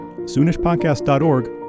soonishpodcast.org